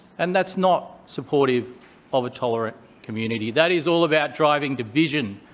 and that's not supportive of a tolerant community. that is all about driving division,